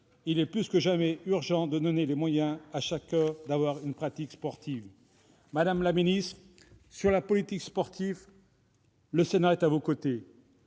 il est plus que jamais urgent de donner les moyens à chacun d'avoir une pratique sportive. Très bien ! Madame la ministre, en matière de politique sportive, le Sénat est à vos côtés.